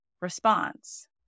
response